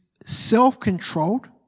self-controlled